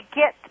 get